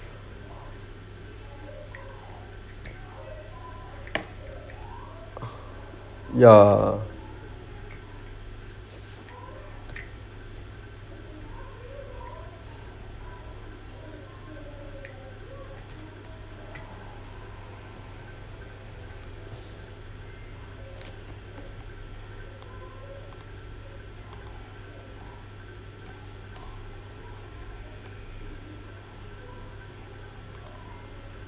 ya